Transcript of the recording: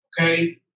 okay